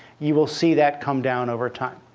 you will see that come down over time